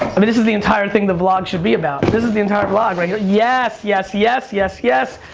i mean this is the entire thing the vlog should be about. this is the entire vlog right here. yes, yes, yes, yes, yes.